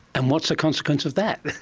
and what's the consequence of that?